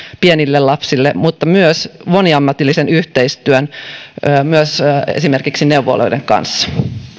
pienille lapsille myös moniammatillisen yhteistyön esimerkiksi neuvoloiden kanssa